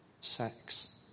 sex